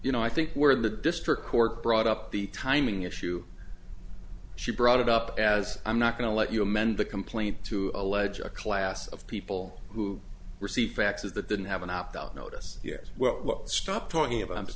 you know i think we're in the district court brought up the timing issue she brought it up as i'm not going to let you amend the complaint to allege a class of people who receive faxes that didn't have an opt out notice yes well stop talking about